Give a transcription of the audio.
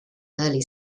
early